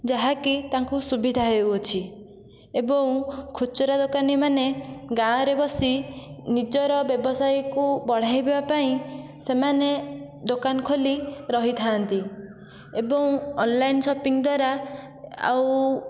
ଯାହାକି ତାଙ୍କୁ ସୁବିଧା ହେଉଅଛି ଏବଂ ଖୁଚୁରା ଦୋକାନୀମାନେ ଗାଁ'ରେ ବସି ନିଜର ବ୍ୟବସାୟକୁ ବଢାଇବା ପାଇଁ ସେମାନେ ଦୋକାନ ଖୋଲି ରହିଥାନ୍ତି ଏବଂ ଅନ୍ଲାଇନ୍ ସପିଙ୍ଗ୍ ଦ୍ଵାରା ଆଉ